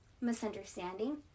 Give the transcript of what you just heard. misunderstanding